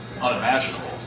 unimaginable